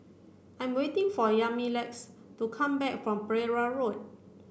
I'm waiting for Yamilex to come back from Pereira Road